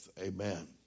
Amen